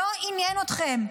לא עניין אתכם.